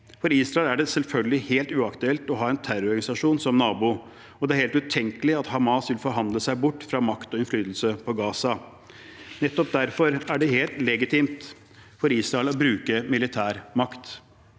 For Israel er det selvfølgelig helt uaktuelt å ha en terrororganisasjon som nabo, og det er helt utenkelig at Hamas vil forhandle seg bort fra makt og innflytelse på Gaza. Nettopp derfor er det helt legitimt for Israel å bruke militærmakt.